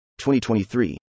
2023